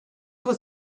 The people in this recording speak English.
was